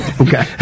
Okay